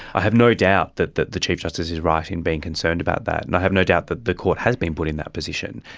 i have no doubt that that the chief justice is right in being concerned about that, and i have no doubt that the court has been put in that position.